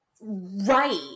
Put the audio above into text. Right